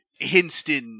Hinston